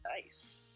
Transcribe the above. Nice